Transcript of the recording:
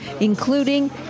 including